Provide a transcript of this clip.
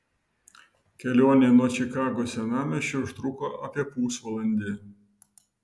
kelionė nuo čikagos senamiesčio užtruko apie pusvalandį